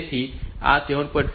તેથી આ 7